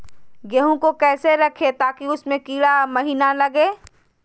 गेंहू को कैसे रखे ताकि उसमे कीड़ा महिना लगे?